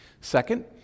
Second